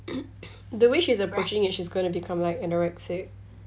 the way she's approaching it she's gonna become like anorexic